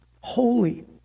holy